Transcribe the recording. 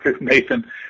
Nathan